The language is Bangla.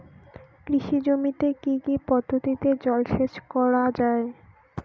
কৃষি জমিতে কি কি পদ্ধতিতে জলসেচ করা য়ায়?